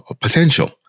potential